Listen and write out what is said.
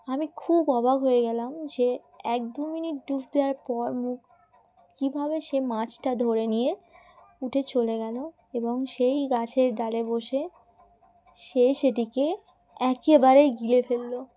আমি খুব অবাক হয়ে গেলাম যে এক দু মিনিট ডুব দেওয়ার পর মুখ কীভাবে সে মাছটা ধরে নিয়ে উঠে চলে গেলো এবং সেই গাছের ডালে বসে সে সেটিকে একেবারেই গিলে ফেললো